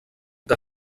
que